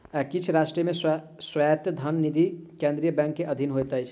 किछ राष्ट्र मे स्वायत्त धन निधि केंद्रीय बैंक के अधीन होइत अछि